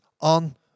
on